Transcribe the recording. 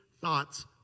thoughts